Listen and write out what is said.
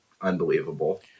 unbelievable